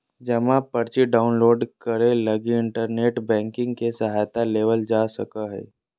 जमा पर्ची डाउनलोड करे लगी इन्टरनेट बैंकिंग के सहायता लेवल जा सको हइ